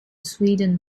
sweden